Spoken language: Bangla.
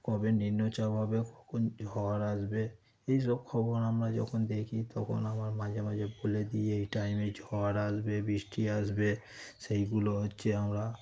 কবে নিম্নচাপ হবে কখন ঝড় আসবে এইসব খবর আমরা যখন দেখি তখন আমার মাঝে মাঝে বলে দিই এই টাইমে ঝড় আসবে বৃষ্টি আসবে সেগুলো হচ্ছে আমরা